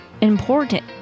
important